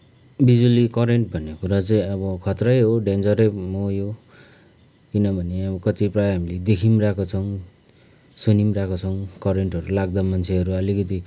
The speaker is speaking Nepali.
बिजुली करेन्ट भन्ने कुरा चाहिँ अब खतरै हो डेन्जरै हो यो किनभने अब कति प्रायः हामीले देखी पनि रहेको छौँ सुनी पनि रहेको छौँ करेन्टहरू लाग्दा मान्छेहरू अलिकति